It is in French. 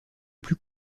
plus